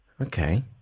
Okay